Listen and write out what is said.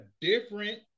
different